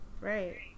Right